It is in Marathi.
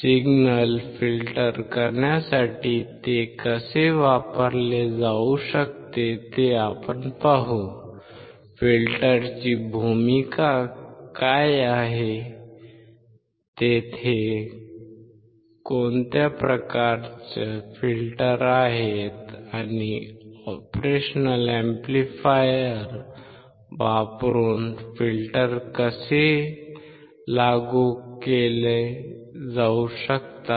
सिग्नल फिल्टर करण्यासाठी ते कसे वापरले जाऊ शकते ते आपण पाहू फिल्टरची भूमिका काय आहे तेथे कोणत्या प्रकारचे फिल्टर आहेत आणि ऑपरेशनल अॅम्प्लिफायर वापरून फिल्टर कसे लागू केले जाऊ शकतात